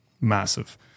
massive